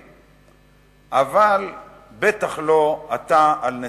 אבל בטח לא אתה על נתניהו,